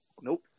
Nope